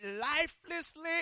lifelessly